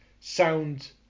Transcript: sound